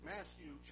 Matthew